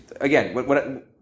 Again